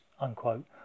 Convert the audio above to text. unquote